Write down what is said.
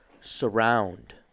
surround